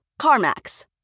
CarMax